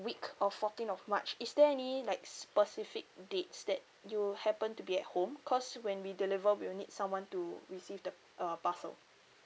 week of fourteen of march is there any like specific dates that you happen to be at home cause when we deliver we will need someone to receive the uh parcel